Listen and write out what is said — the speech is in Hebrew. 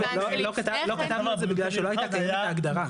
לא כתבנו את זה כי לא הייתה הגדרה.